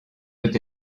peut